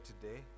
today